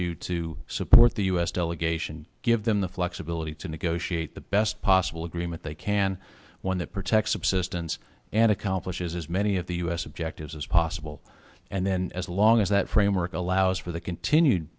you to support the u s delegation give them the flexibility to negotiate the best possible agreement they can one that protects subsistence and accomplishes as many of the u s objectives as possible and then as long as that framework allows for the continued